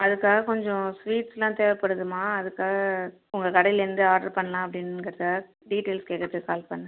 அதுக்காக கொஞ்சம் ஸ்வீட்ஸ்லாம் தேவைப்படுதுமா அதுக்காக உங்கள் கடைலேருந்து ஆர்ட்ரு பண்ணலாம் அப்படிங்கிறதுக்காக டீட்டெய்ல்ஸ் கேட்குறதுக்கு கால் பண்ணிணேன்